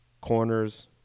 corners